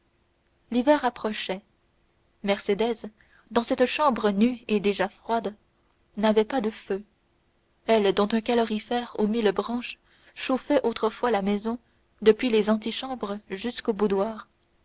l'hiver approchait mercédès dans cette chambre nue et déjà froide n'avait pas de feu elle dont un calorifère aux mille branches chauffait autrefois la maison depuis les antichambres jusqu'au boudoir